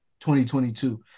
2022